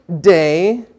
day